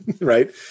right